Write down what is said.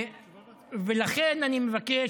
ולכן אני מבקש,